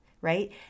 right